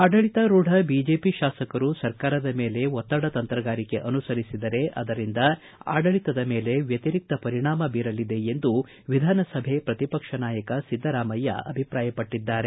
ಆಡಳಿತಾರೂಢ ಬಿಜೆಪಿ ಶಾಸಕರು ಸರ್ಕಾರದ ಮೇಲೆ ಒತ್ತಡ ತಂತ್ರಗಾರಿಕೆ ಅನುಸರಿಸಿದರೆ ಅದರಿಂದ ಆಡಳಿತದ ಮೇಲೆ ವ್ಯತರಿಕ್ತ ಪರಿಣಾಮ ಬೀರಲಿದೆ ಎಂದು ವಿಧಾನಸಭೆ ಪ್ರತಿಪಕ್ಷ ನಾಯಕ ಸಿದ್ದರಾಮಯ್ಯ ಅಭಿಪ್ರಾಯಪಟ್ಟಿದ್ದಾರೆ